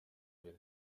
mbere